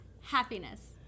Happiness